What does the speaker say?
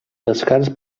descans